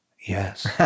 yes